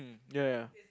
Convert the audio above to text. ya ya